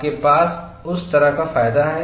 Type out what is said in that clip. आपके पास उस तरह का फायदा है